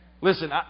Listen